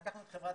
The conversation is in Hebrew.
לקחנו את חברת...